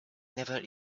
never